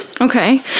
okay